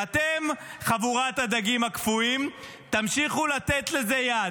ואתם, חבורת הדגים הקפואים, תמשיכו לתת לזה יד.